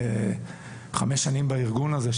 וחמש שנים בארגון הזה,